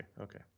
Okay